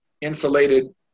insulated